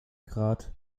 grad